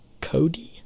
cody